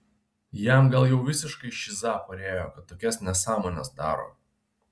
jam gal jau visiškai šiza parėjo kad tokias nesąmones daro